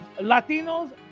Latinos